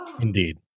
Indeed